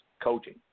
coaching